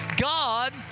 God